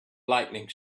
lightening